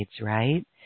right